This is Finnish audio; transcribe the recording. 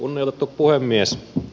kunnioitettu puhemies